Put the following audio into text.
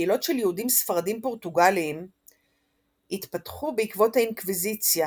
קהילות של יהודים ספרדים-פורטוגליים התפתחו בעקבות האינקוויזיציה,